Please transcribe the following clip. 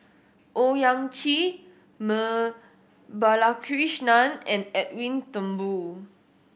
Owyang Chi Balakrishnan and Edwin Thumboo